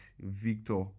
Victor